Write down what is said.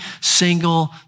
single